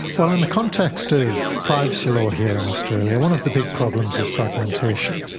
well, in the context of privacy law here in australia, one of the big problems is fragmentation.